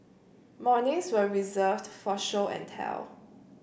mornings were reserved for show and tell